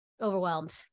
overwhelmed